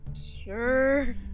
Sure